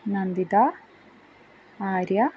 Nanditha Arya